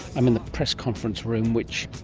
i'm in the press conference room which,